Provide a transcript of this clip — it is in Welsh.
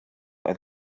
oedd